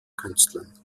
künstlern